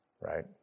Right